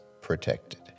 protected